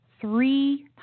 three